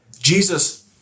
Jesus